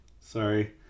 Sorry